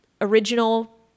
original